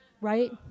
Right